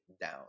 down